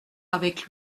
avec